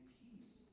peace